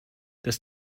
dass